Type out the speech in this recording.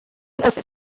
offers